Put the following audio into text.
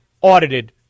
audited